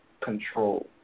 control